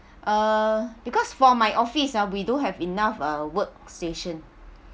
uh because for my office ah we don't have enough ah work station